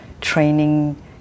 training